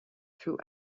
through